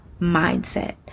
mindset